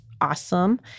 awesome